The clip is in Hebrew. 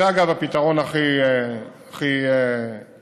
זה, אגב, הפתרון הכי טוב.